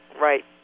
right